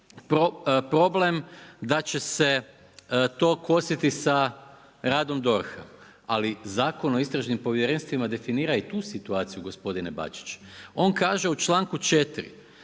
problem da će se to kositi sa radom DORH-a, ali Zakon o istražim povjerenstvima definira i tu situaciju gospodine Bačić. On kaže u članku 4.